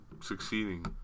succeeding